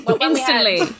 instantly